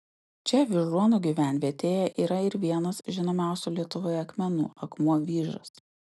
čia vyžuonų gyvenvietėje yra ir vienas žinomiausių lietuvoje akmenų akmuo vyžas